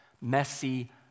messy